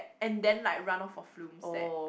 and then like run off for Flume's set